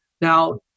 Now